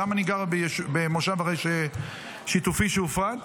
גם אני גר במושב שיתופי שהופרט,